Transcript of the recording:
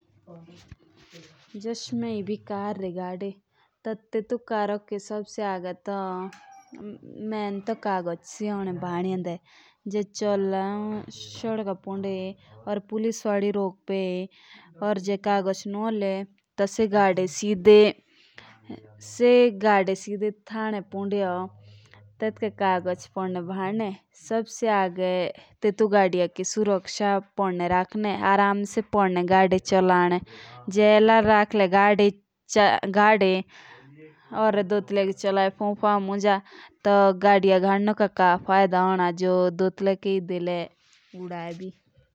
जस मे ईबी कार रई गाड़ी तो सबसे पोहिले तेतु गड़िया के कागच चेयी होन प्योर जे चलाला हौं सोडका पुंडा या पुलिस वाले चेई रोका अर कागच नू होल प्योर तो गादी थाने पोंडी पो होन। या फिर टेटके बैड होन सुरक्षा आराम से चलाओ गाड़ी या जे चोलाला फॉन फैन मुंज या दोतिया डेला कोइकी फेरकै तो का फ़ायदा होना गाड़ी गाड कोरी।